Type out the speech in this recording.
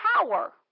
power